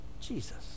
Jesus